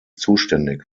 zuständig